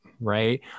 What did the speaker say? right